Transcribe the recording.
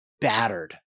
battered